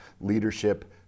leadership